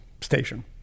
station